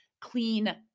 clean